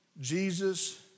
Jesus